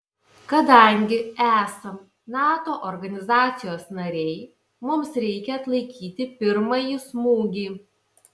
kadangi esam nato organizacijos nariai mums reikia atlaikyti pirmąjį smūgį